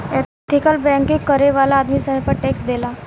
ethical banking करे वाला आदमी समय पर टैक्स देला